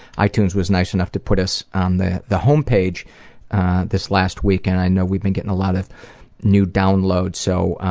itunes was nice enough to put us on the the homepage this last week, and i know we've been getting a lot of new downloads. so